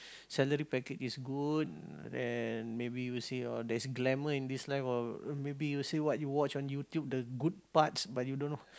salary package is good then maybe you say your there's glamor in this life or maybe you say what you watch on YouTube the good parts but you don't know